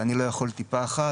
שאני לא יכול טיפה אחת,